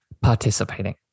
participating